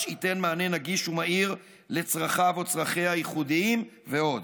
שייתן מענה נגיש ומהיר לצרכיו או לצרכיה הייחודיים ועוד.